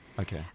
Okay